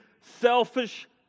selfish